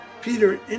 Peter